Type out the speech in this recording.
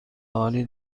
عالی